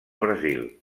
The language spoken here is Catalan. brasil